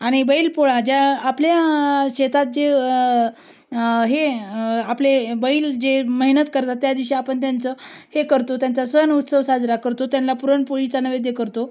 आणि बैलपोळा ज्या आपल्या शेतात जे हे आपले बैल जे मेहनत करतात त्यादिवशी आपण त्यांचं हे करतो त्यांचा सण उत्सव साजरा करतो त्याला पुरणपोळीचा नैवेद्य करतो